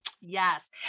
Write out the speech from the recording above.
Yes